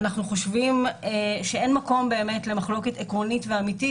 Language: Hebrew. אנחנו חושבים שאין מקום למחלוקת עקרונית ואמיתית.